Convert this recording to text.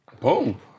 Boom